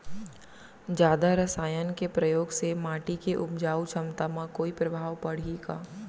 जादा रसायन के प्रयोग से माटी के उपजाऊ क्षमता म कोई प्रभाव पड़ही का?